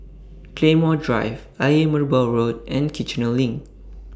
Claymore Drive Ayer Merbau Road and Kiichener LINK